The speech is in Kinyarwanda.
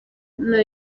nta